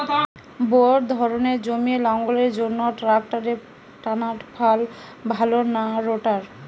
Bore ধানের জমি লাঙ্গলের জন্য ট্রাকটারের টানাফাল ভালো না রোটার?